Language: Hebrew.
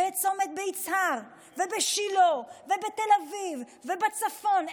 בצומת ביצהר, בשילה, בתל אביב ובצפון.